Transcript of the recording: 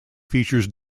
features